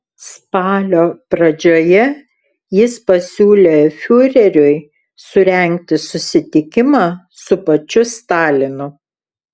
spalio pradžioje jis pasiūlė fiureriui surengti susitikimą su pačiu stalinu